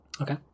Okay